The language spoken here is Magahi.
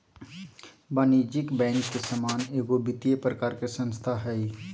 वाणिज्यिक बैंक के समान एगो वित्तिय प्रकार के संस्था हइ